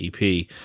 EP